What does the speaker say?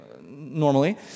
normally